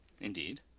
Indeed